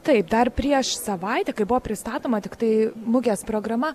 taip dar prieš savaitę kai buvo pristatoma tiktai mugės programa